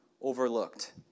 overlooked